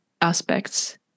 aspects